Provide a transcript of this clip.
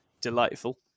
Delightful